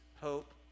hope